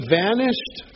vanished